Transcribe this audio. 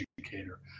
educator